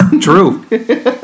True